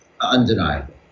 undeniable